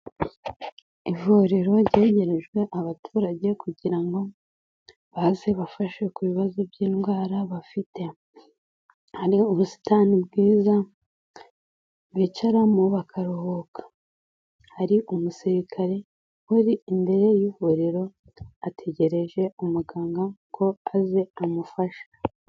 Ivuriro ryegerejwe abaturage kugira ngo baze bafashwe ku bibazo by'indwara bafite. Hari ubusitani bwiza bicaramo bakaruhuka. Hari umusirikare uri imbere y'ivuriro ategereje umuganga ngo aze amufashe.